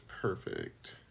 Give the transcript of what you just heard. perfect